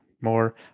more